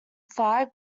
flag